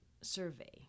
survey